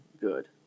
good